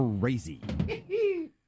crazy